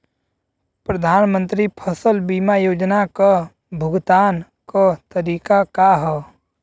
प्रधानमंत्री फसल बीमा योजना क भुगतान क तरीकाका ह?